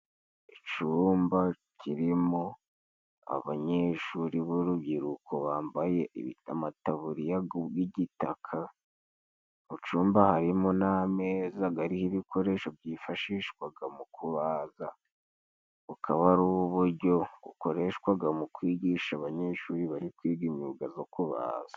Icumba kirimo abanyeshuri b'urubyiruko bambaye ibit amataburiya g'igitaka, mu cumba harimo n'ameza gariho ibikoresho byifashishwaga mu kubaza bukaba ari ubujyo bukoreshwaga mu kwigisha abanyeshuri bari kwiga imyuga zo kubaza.